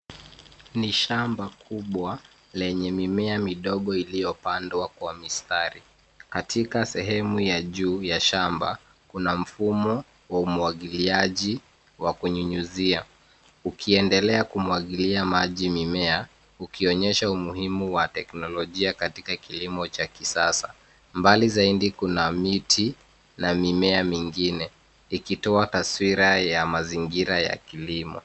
Ni shamba kubwa lenye mimea midogo iliyopandwa kwa mistari. Katika sehemu ya juu ya shamba, kuna mfumo wa kumwagilia maji kwa kunyunyuzia, ukiendelea kumwagilia maji mimea, ukionyesha umuhimu wa teknolojia katika kilimo cha kisasa. Mbali za mbele kuna miti na mimea mingine, kikitoa taswira ya mazingira ya kilimo.